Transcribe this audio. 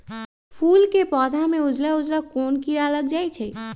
फूल के पौधा में उजला उजला कोन किरा लग जई छइ?